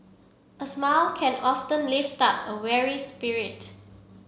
a smile can often lift up a weary spirit